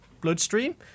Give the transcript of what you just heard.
bloodstream